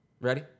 Ready